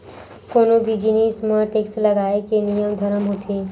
कोनो भी जिनिस म टेक्स लगाए के नियम धरम होथे